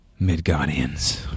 Midgardians